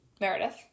Meredith